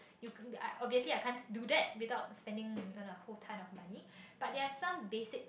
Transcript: you c~ I I obviously I can't do that without spending you know whole time of money but there are some basic